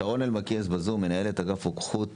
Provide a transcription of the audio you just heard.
שרון אלמקייס בזום, מנהלת אגף רוקחות